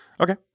Okay